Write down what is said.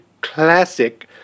classic